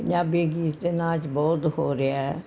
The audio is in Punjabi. ਪੰਜਾਬੀ ਗੀਤ 'ਤੇ ਨਾਚ ਬਹੁਤ ਹੋ ਰਿਹਾ ਹੈ